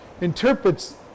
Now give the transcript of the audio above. interprets